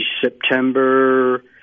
September